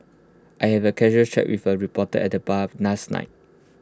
I had A casual chat with A reporter at the bar last night